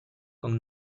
con